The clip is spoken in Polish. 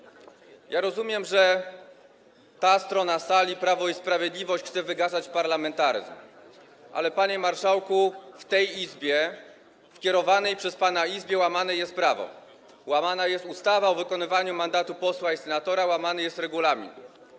Rozumiem, że ta strona sali, Prawo i Sprawiedliwość, chce wygaszać parlamentaryzm, ale panie marszałku, w tej Izbie, w kierowanej przez pana Izbie, łamane jest prawo, łamana jest ustawa o wykonywaniu mandatu posła i senatora, łamany jest regulamin.